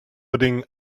putting